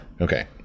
Okay